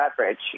average